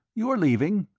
you are leaving?